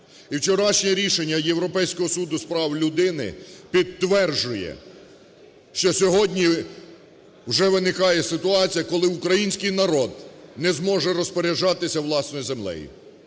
І вчорашнє рішення Європейського Суду з прав людини підтверджує, що сьогодні вже виникає ситуація, коли український народ не зможе розпоряджатися власною землею.